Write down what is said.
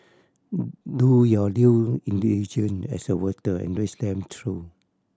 do your due as a voter and read them through